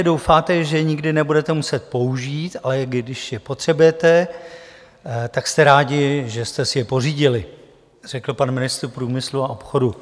Doufáte, že je nikdy nebudete muset použít, ale když je potřebujete, tak jste rádi, že jste si je pořídili, řekl pan ministr průmyslu a obchodu.